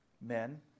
Men